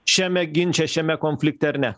šiame ginče šiame konflikte ar ne